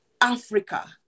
Africa